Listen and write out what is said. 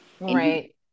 right